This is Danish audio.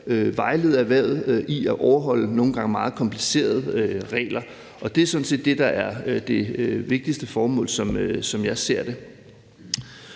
vejlede erhvervet i at overholde nogle indimellem meget komplicerede regler, og det er sådan set det, der er det vigtigste formål, som jeg ser det.